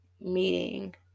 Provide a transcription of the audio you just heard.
meeting